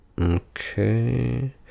Okay